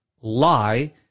lie